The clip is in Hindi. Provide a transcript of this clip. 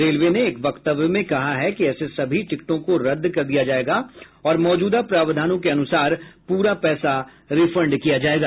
रेलवे ने एक वक्तव्य में कहा है कि ऐसे सभी टिकटों को रद्द कर दिया जाएगा और मौजूदा प्रावधानों के अनुसार पूरा पैसा रिफंड किया जाएगा